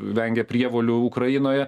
vengia prievolių ukrainoje